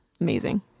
amazing